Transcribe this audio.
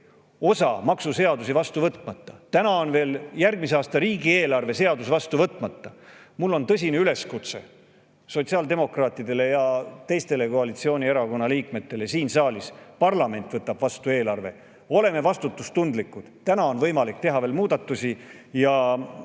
osa maksuseadusi vastu võtmata, täna on veel järgmise aasta riigieelarve seadus vastu võtmata. Mul on tõsine üleskutse sotsiaaldemokraatidele ja teistele koalitsioonierakondade liikmetele siin saalis. Parlament võtab vastu eelarve, oleme vastutustundlikud, täna on võimalik teha veel muudatusi ja